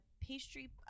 pastry